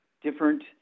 different